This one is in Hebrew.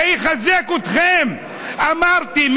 אמרתי,